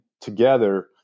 together